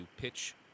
pitch